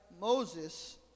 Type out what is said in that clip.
Moses